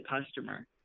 customer